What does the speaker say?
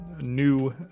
new